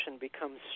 becomes